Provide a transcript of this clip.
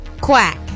Quack